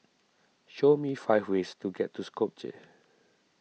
show me five ways to get to Skopje